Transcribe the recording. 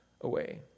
away